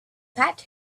pat